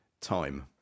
time